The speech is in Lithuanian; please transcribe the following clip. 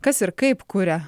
kas ir kaip kuria